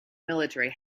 military